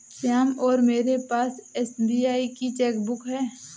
श्याम और मेरे पास एस.बी.आई की चैक बुक है